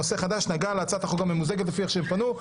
הנושא החדש נגע להצעת החוק הממוזגת לפי איך שהם פנו,